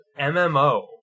MMO